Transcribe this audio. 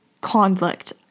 conflict